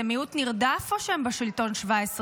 זה מיעוט נרדף, או שהם בשלטון 17 שנה?